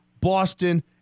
Boston